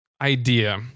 idea